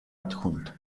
adjunto